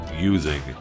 using